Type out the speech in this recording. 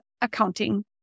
accounting